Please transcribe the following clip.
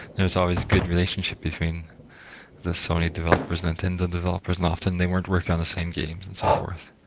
there was always good relationship between the sony developers, nintendo developers. and often, they weren't working on the same games and so forth.